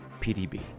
PDB